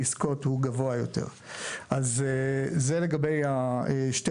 אז אצל יוצאי